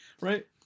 Right